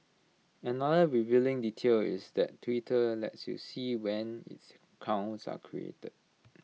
another revealing detail is that Twitter lets you see when its accounts are created